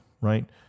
Right